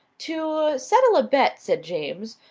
to settle a bet, said james,